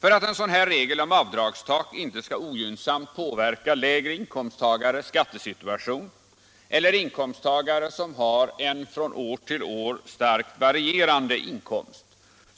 För att en sådan här regel om avdragstak inte skall ogynnsamt påverka lägre inkomsttagares skattesituation eller inkomsttagare som har en från år till år starkt varierande inkomst